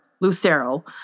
Lucero